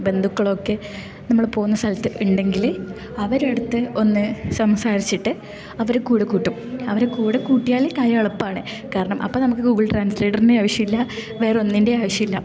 ബന്ധുക്കളൊക്കെ നമ്മള് പോകുന്ന സ്ഥലത്ത് ഉണ്ടെങ്കില് അവരുടെ അടുത്ത് ഒന്ന് സംസാരിച്ചിട്ട് അവരെ കൂടെ കൂട്ടും അവരെ കൂടെ കൂട്ടിയാല് കാര്യം എളുപ്പമാണ് കാരണം അപ്പം നമുക്ക് ഗൂഗിൾ ട്രാന്സ്ലേറ്ററിൻ്റെ ആവശ്യമില്ല വേറെ ഒന്നിൻ്റെയും ആവശ്യമില്ല